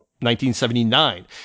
1979